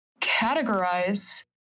categorize